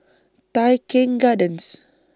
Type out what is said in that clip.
Tai Keng Gardens